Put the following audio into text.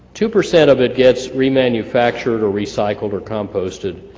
two percent of it gets remanufactured, or recycled or composted.